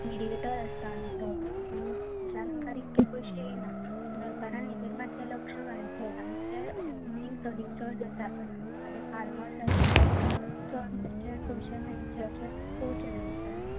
mediator आसता आमचो सो ताचे मुखार इतले पयशे येनात सरकारान हाचेर मातशें लक्ष घालचें आनी जे मेन प्रड्यूसर्स आसात फार्मर्स आसा तांकां चड मातशें पयशे मेळचे अशें पळोवचें तांच्यानी